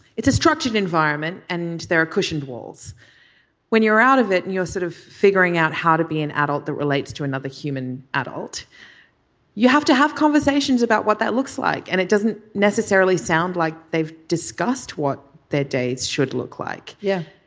it's a structured environment and they're cushioned walls when you're out of it and you're sort of figuring out how to be an adult that relates to another human adult you have to have conversations about what that looks like and it doesn't necessarily sound like they've discussed what their dates should look like. yeah.